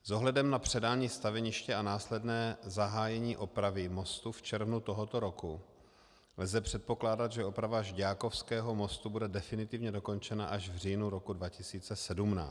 S ohledem na předání staveniště a následné zahájení opravy mostu v červnu tohoto roku lze předpokládat, že oprava Žďákovského mostu bude definitivně dokončena až v říjnu roku 2017.